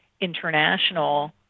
international